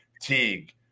Teague